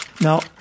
Now